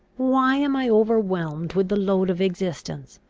why am i overwhelmed with the load of existence?